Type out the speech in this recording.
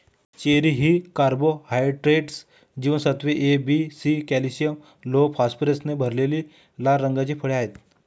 cherry ही carbohydrates, जीवनसत्त्वे A, B, C, calcium, लोह, फॉस्फरसने भरलेली लाल रंगाची फळे आहेत